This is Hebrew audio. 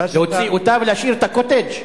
להוציא אותה ולהשאיר את ה"קוטג'"?